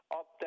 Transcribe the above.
up